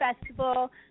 festival